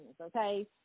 okay